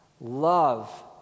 Love